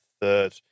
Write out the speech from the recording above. third